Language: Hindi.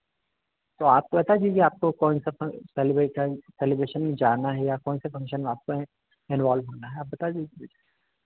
तो आप ऐसा कीजिए आपको कौन सा सेलीब्रेसन सेलिब्रेशन में जाना है या कौन से फ़ंक्शन में आपको इनवॉल्व होना है आप बता दीजिए